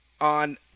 on